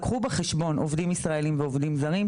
לקחו בחשבון עובדים ישראלים ועובדים זרים,